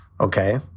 Okay